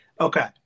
okay